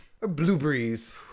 Blueberries